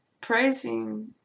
praising